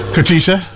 Katisha